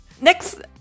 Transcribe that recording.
next